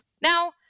Now